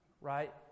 Right